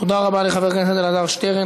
תודה רבה לחבר הכנסת אלעזר שטרן.